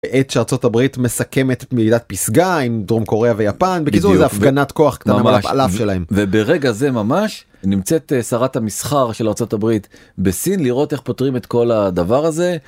את שארצות הברית מסכמת ועידת פסגה עם דרום קוריאה ויפן, בקיצור זה הפגנת כוח קטנה על האף שלהם. -וברגע זה ממש נמצאת שרת המסחר של ארצות הברית בסין, לראות איך פותרים את כל הדבר הזה.